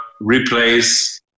replace